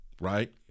right